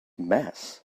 mess